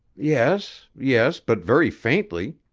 yes, yes, but very faintly,